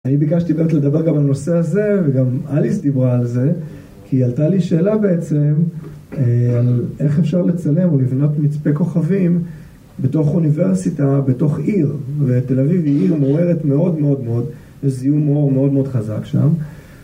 אני ביקשתי ברט לדבר גם על נושא הזה, וגם אליס דיברה על זה, כי עלתה לי שאלה בעצם, על איך אפשר לצלם או לבנות מצפה כוכבים בתוך אוניברסיטה, בתוך עיר, ותל אביב היא עיר מעוררת מאוד מאוד מאוד, יש זיהום מאוד מאוד חזק שם.